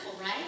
right